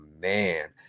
man